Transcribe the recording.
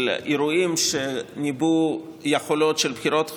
אירועים שניבאו יכולות של בחירות חוזרות,